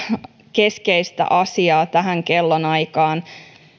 keskeistä asiaa tähän kellonaikaan